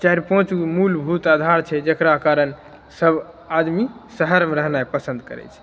चारि पाँच गो मूलभूत आधार छै जेकरा कारण सब आदमी शहरमे रहनाइ पसंद करैत छै